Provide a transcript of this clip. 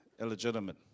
illegitimate